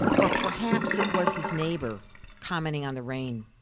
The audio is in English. or perhaps it was his neighbor commenting on the rain.